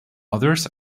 others